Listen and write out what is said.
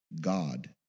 God